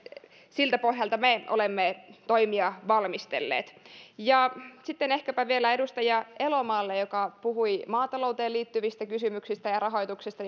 siltä pohjalta me olemme toimia valmistelleet sitten ehkäpä vielä edustaja elomaalle joka puhui maatalouteen liittyvistä kysymyksistä ja ja rahoituksesta